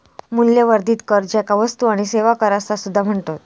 मूल्यवर्धित कर, ज्याका वस्तू आणि सेवा कर असा सुद्धा म्हणतत